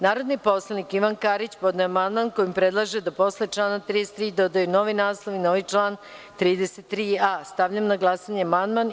Narodni poslanik Ivan Karić podneo je amandman kojim predlaže da se posle člana 33. dodaju novi naslov i novi član 33a. Stavljam na glasanje ovaj amandman.